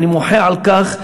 אני מוחה על כך.